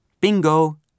Bingo